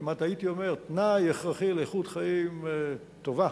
כמעט הייתי אומר תנאי הכרחי לאיכות חיים טובה